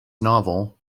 novel